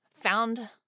found